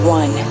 one